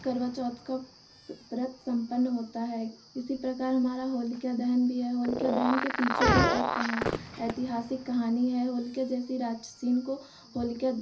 करवा चौथ का व्रत सम्पन्न होता है इसी प्रकार हमारा होलिका दहन भी है होलिका दहन के पीछे भी एक कहा ऐतिहासिक कहानी है होलिका जैसी राक्षसी को होलिका